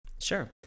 Sure